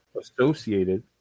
associated